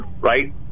right